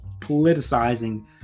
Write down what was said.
politicizing